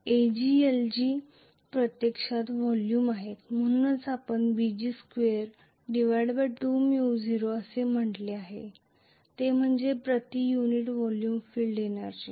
Aglg प्रत्यक्षात volume आहे म्हणूनच आपण Bg22 µ0 असे म्हटले आहे प्रति युनिट व्हॉल्यूमची फील्ड एनर्जी